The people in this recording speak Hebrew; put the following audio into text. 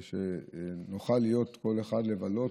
ושנוכל כל אחד לבלות,